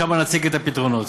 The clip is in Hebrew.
שם נציג את הפתרונות.